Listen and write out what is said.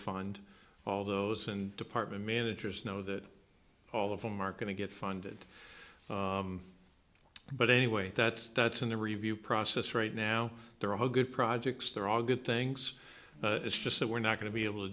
find all those and department managers know that all of them are going to get funded but anyway that that's in the review process right now they're all good projects they're all good things it's just that we're not going to be able to